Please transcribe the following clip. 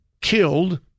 killed